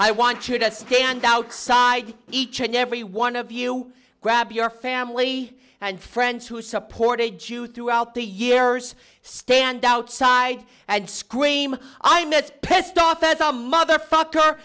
i want you to stand outside each and every one of you grab your family and friends who supported you throughout the years stand outside and scream i miss pissed off as a motherfucker